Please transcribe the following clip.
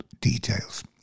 details